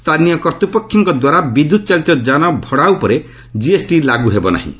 ସ୍ଥାନୀୟ କର୍ତ୍ତୂପକ୍ଷଙ୍କ ଦ୍ୱାରା ବିଦ୍ୟୁତ୍ ଚାଳିତ ଯାନ ଭଡ଼ା ଉପରେ ଜିଏସ୍ଟି ଲାଗୁ ହେବ ନାହିଁ